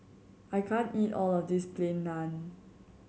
I can't eat all of this Plain Naan